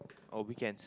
or weekends